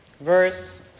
Verse